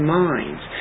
minds